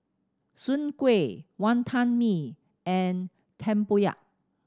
Soon Kuih Wantan Mee and tempoyak